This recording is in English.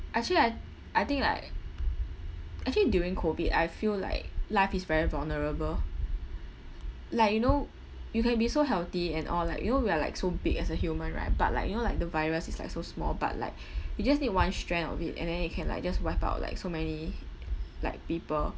actually I I think like actually during COVID I feel like life is very vulnerable like you know you can be so healthy and all like you know we are like so big as a human right but like you know like the virus is like so small but like you just need one strand of it and then it can like just wipe out like so many like people